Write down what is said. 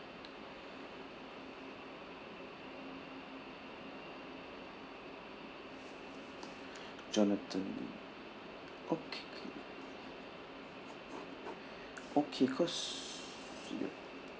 jonathan lee okay can okay cause